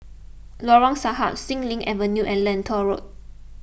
Lorong Sahad Xilin Avenue and Lentor Road